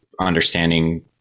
understanding